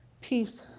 peace